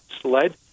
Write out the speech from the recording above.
sled